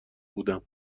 بودم